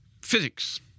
physics